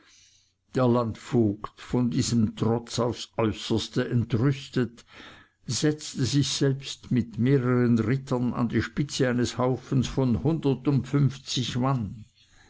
der landvogt von diesem trotz aufs äußerste entrüstet setzte sich selbst mit mehreren rittern an die spitze eines haufens von hundertundfunfzig mann